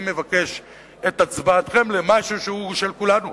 אני מבקש את הצבעתכם במשהו שהוא של כולנו,